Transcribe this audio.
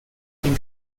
den